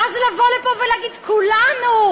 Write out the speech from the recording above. ואז לבוא לפה ולהגיד: כולנו,